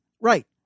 Right